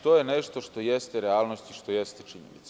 To je nešto što jeste realnost i što jeste činjenica.